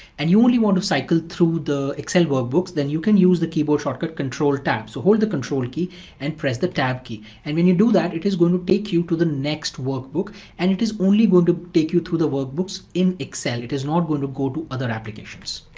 and you only want to cycle through the excel workbooks, then you can use the keyboard shortcut, control tab. so hold the control key and press the tab key. and when you do that it is going to take you to the next workbook and it is only going to take you to the workbooks in excel, it is not going to go to other applications.